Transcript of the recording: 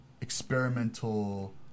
experimental